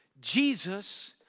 Jesus